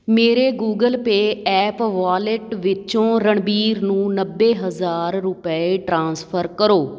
ਮੇਰੇ Google Pay app wallet ਵਿੱਚੋਂ ਰਣਬੀਰ ਨੂੰ ਨੱਬੇ ਹਜ਼ਾਰ ਰੁਪਏ ਟ੍ਰਾਂਸਫਰ ਕਰੋ